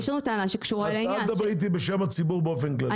אל תדברי איתי בשם הציבור באופן כללי.